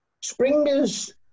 Springers